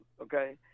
okay